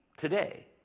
today